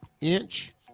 Inch